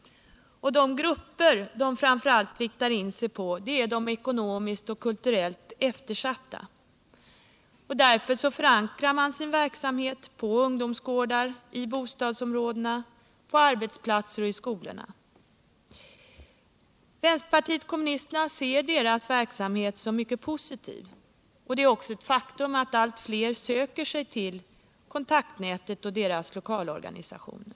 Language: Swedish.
De grupper organisationen framför allt riktar in sig på är de ekonomiskt och kulturellt eftersatta, och därför förankrar den sin verksamhet på ungdomsgårdar, i bostadsområden, på arbetsplatser och i skolor. Vpk ser denna verksamhet som oerhört positiv. Det är också ett faktum att allt fler söker sig till Kontaktniitet och dess lokalorganisationer.